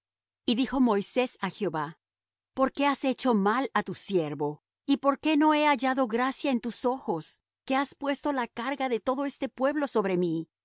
y dijo moisés á jehová por qué has hecho mal á tu siervo y por qué no he hallado gracia en tus ojos que has puesto la carga de todo este pueblo sobre mi